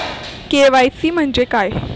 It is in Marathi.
के.वाय.सी म्हणजे काय?